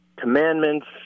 commandments